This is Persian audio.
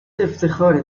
افتخاره